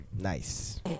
Nice